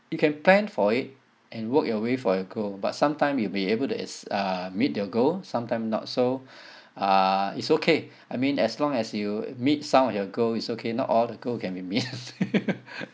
you can plan for it and work your way for your goal but sometime you'll be able to is~ uh meet your goal sometimes not so uh it's okay I mean as long as you meet some of your goal it's okay not all the goal can be meet